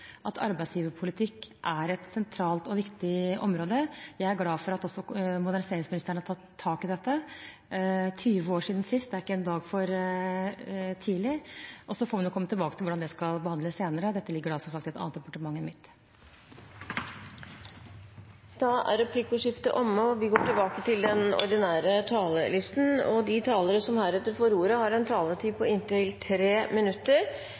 at arbeidsgiverpolitikk er et sentralt og viktig område. Jeg er glad for at moderniseringsministeren har tatt tak i dette – 20 år siden sist, det er ikke en dag for tidlig. Så får vi komme tilbake til hvordan det skal behandles senere. Dette ligger som sagt i et annet departement enn mitt. Replikkordskiftet er omme. De talere som heretter får ordet, har en taletid på inntil 3 minutter.